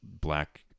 black